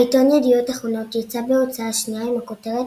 העיתון "ידיעות אחרונות" יצא בהוצאה שנייה עם הכותרת